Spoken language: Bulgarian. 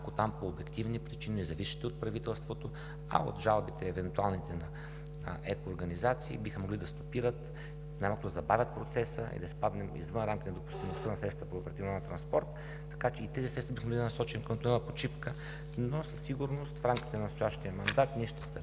ако там по обективни причини, независещи от правителството, а от евентуалните жалби на еко организации, биха могли да стопират, най-малко да забавят процеса и да изпаднем извън рамките на допустимостта на средствата по Оперативна програма „Транспорт“, така че и тези средства биха могли да бъдат насочени към тунела под Шипка, но със сигурност в рамките на настоящия мандат ние ще стартираме